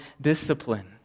discipline